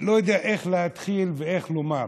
לא יודע איך להתחיל ואיך לומר,